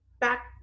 back